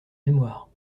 mémoire